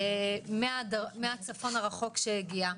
מהצפון הרחוק שהגיע,